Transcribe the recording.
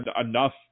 enough